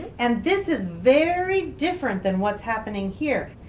and this is very different than what is happening here.